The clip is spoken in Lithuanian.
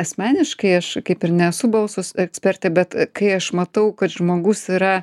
asmeniškai aš kaip ir nesu balsus ekspertė bet kai aš matau kad žmogus yra